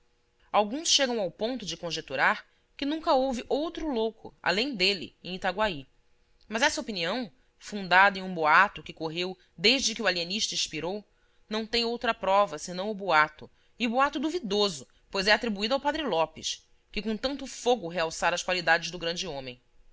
alguns chegam ao ponto de conjeturar que nunca houve outro louco além dele em itaguaí mas esta opinião fundada em um boato que correu desde que o alienista expirou não tem outra prova senão o boato e boato duvidoso pois é atribuído ao padre lopes que com tanto fogo realçara as qualidades do grande homem